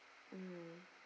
mm